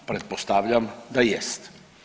Pretpostavljam da jest.